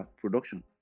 production